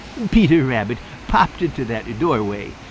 peter rabbit popped into that doorway.